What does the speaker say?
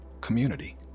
community